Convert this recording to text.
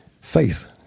faith